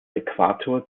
äquator